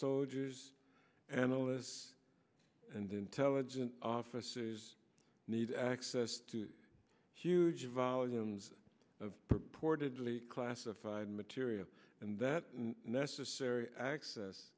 soldiers analysts and intelligence officers need access to huge volumes of purportedly classified material and that necessary access